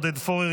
עודד פורר,